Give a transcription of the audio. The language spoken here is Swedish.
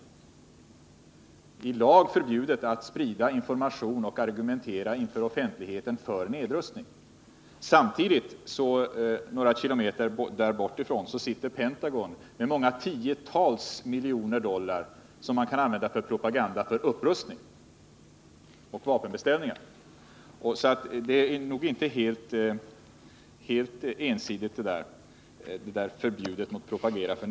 Avdelningen är således enligt lag förbjuden att sprida information om och argumentera inför offentligheten för nedrustning. Samtidigt sitter militärerna i Pentagon några kilometer därifrån med många tiotal miljoner dollar som kan användas till propaganda för upprustning och vapenbeställningar. Förbudet mot att propagera för nedrustning är nog alltså inte så helt ensidigt.